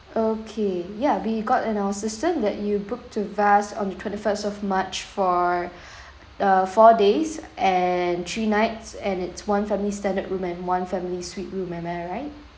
okay ya we got in our system that you booked through us on the twenty first of march for uh four days and three nights and it's one family standard room and one family suite room am I right